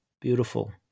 beautiful